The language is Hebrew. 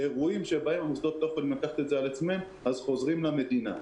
באירועים שבהם המוסדות לא יכולים לקחת את זה על עצמם אז חוזרים למדינה.